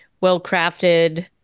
well-crafted